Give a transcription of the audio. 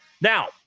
Now